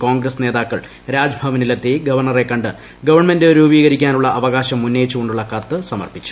കോൺഗ്രസ് നേതാക്കൾ രാജ്ഭവനിലെത്തി ഗവർണറെ കണ്ട് ഗവൺമെന്റ് രൂപീകരിക്കാനുള്ള അവകാശം ഉന്നയിച്ചു കൊണ്ടുള്ള കത്ത് സമ്മർപ്പിച്ചു